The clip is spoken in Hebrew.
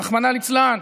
רחמנא ליצלן,